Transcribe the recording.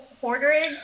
Hoarder